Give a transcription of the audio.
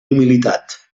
humilitat